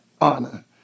honor